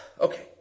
Okay